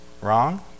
Wrong